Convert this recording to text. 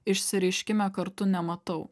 išsireiškime kartu nematau